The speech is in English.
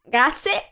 Grazie